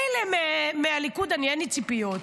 מילא מהליכוד אין לי ציפיות,